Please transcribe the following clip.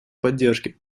поддержки